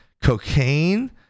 cocaine